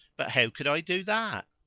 but how could i do that?